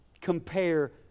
compare